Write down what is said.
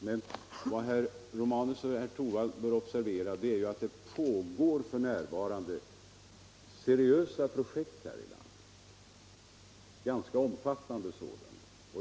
Men vad herr Romanus och herr Torwald bör observera är att det f.n. pågår ganska omfattande seriösa projekt här i landet.